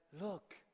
look